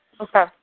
Okay